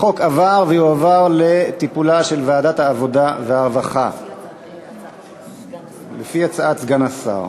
החוק עבר ויועבר לטיפולה של ועדת העבודה והרווחה לפי הצעת סגן השר.